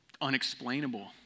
unexplainable